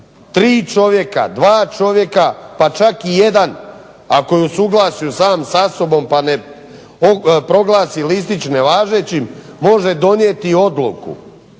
tri čovjeka, dva čovjeka, pa čak i jedan ako je u suglasju sam sa sobom, pa proglasi listić nevažećim može donijeti i odluku